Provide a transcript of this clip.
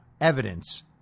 evidence